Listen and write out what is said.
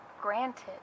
Granted